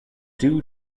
due